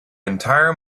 entire